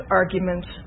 arguments